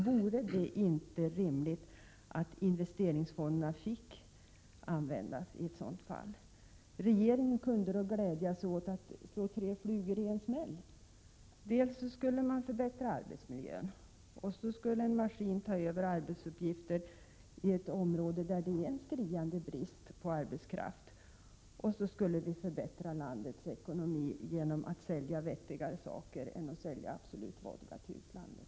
Vore det inte rimligt att investeringsfonderna fick användas i ett sådant fall? Regeringen kunde då glädja sig åt att slå tre flugor i en smäll: dels förbättras arbetsmiljön, dels kan en maskin ta över arbetsuppgifter på ett område där det är en skriande brist på arbetskraft och dels förbättras landets ekonomi genom att vi säljer vettigare saker än Absolut Vodka till utlandet.